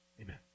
Amen